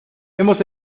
hemos